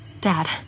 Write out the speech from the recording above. dad